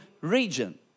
region